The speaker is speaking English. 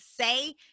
say